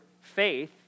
faith